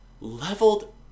leveled